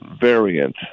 variant